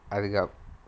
I went out